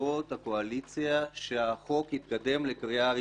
מפלגות הקואליציה, שהחוק יתקדם לקריאה ראשונה.